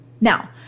Now